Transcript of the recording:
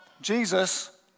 Jesus